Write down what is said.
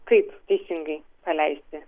kaip teisingai paleisti